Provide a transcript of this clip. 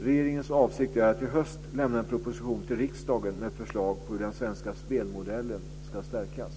Regeringens avsikt är att i höst lämna en proposition till riksdagen med förslag på hur den svenska spelmodellen ska stärkas.